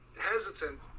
hesitant